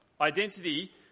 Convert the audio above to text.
Identity